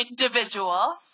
individual